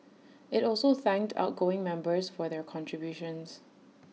IT also thanked outgoing members for their contributions